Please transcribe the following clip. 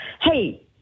hey